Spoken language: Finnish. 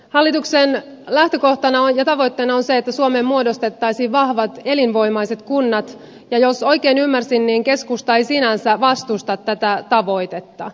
hallituksen lähtökohtana ja tavoitteena on se että suomeen muodostettaisiin vahvat elinvoimaiset kunnat ja jos oikein ymmärsin niin keskusta ei sinänsä vastusta tätä tavoitetta